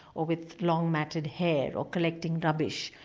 or with long matted hair, or collecting rubbish,